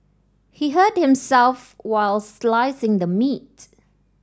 he hurt himself while slicing the meat